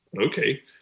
Okay